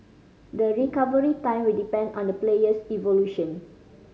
the recovery time will depend on the player's evolution